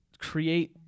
create